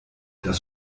das